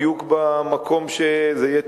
בדיוק במקום שזה יהיה,